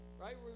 Right